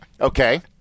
Okay